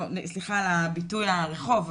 סליחה על ביטוי הרחוב.